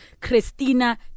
Christina